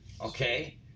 okay